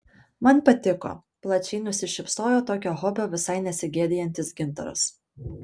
man patiko plačiai nusišypsojo tokio hobio visai nesigėdijantis gintaras